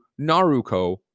Naruko